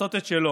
לעשות את שלו,